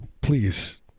Please